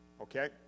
okay